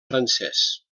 francès